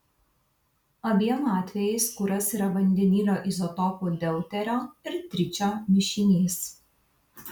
abiem atvejais kuras yra vandenilio izotopų deuterio ir tričio mišinys